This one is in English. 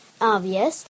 Obvious